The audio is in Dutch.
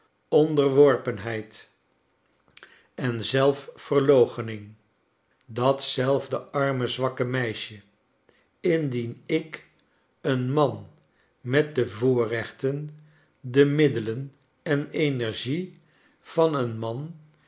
onderworpenheid en zelfverloochening dat ze'fde arme zwakke meisje indien ik een man met de voorrechten de middelen en energie van een man